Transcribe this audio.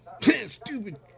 stupid